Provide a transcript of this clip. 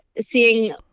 seeing